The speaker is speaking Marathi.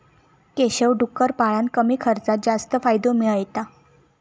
केशव डुक्कर पाळान कमी खर्चात जास्त फायदो मिळयता